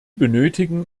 benötigen